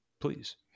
Please